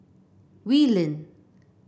Wee Lin